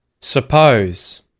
Suppose